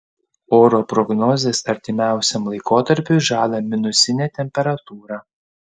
oro prognozės artimiausiam laikotarpiui žada minusinę temperatūrą